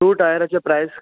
two टायराचे price